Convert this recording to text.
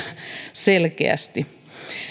selkeästi